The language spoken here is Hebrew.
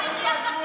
להיות בצבא